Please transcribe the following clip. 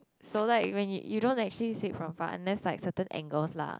so like when you you don't actually see it from far unless like certain angles lah